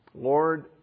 Lord